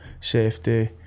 safety